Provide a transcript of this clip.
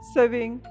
Saving